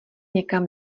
někam